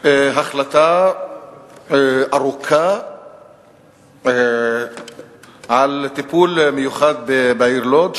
החלטה ארוכה על טיפול מיוחד בעיר לוד,